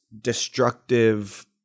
destructive